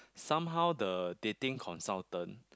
somehow the dating consultant